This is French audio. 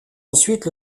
ensuite